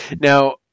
Now